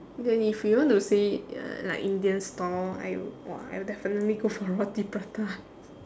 then if you want to say uh like indian stall I !wah! I would definitely go for roti prata